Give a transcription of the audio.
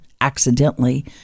accidentally